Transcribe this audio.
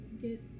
get